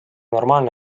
normaalne